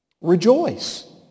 Rejoice